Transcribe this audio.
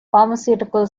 pharmaceutical